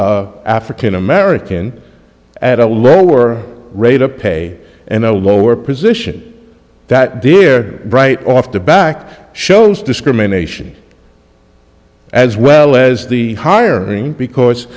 african american at a lower rate of pay and a lower position that deer right off the back shows discrimination as well as the hiring because